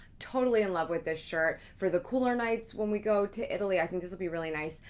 totally in love with this shirt. for the cooler nights when we go to italy, i think this will be really nice.